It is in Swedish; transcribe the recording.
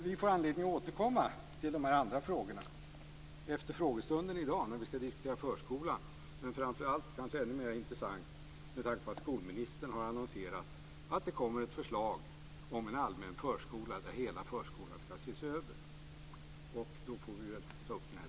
Vi får anledning att återkomma till de andra frågorna efter frågestunden i dag, när vi skall diskutera förskolan, men framför allt, och kanske ännu mera intressant, med tanke på att skolministern har annonserat att det kommer ett förslag om en allmän förskola där hela förskolan skall ses över. Då får vi väl ta upp den här diskussionen igen.